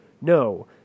no